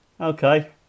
Okay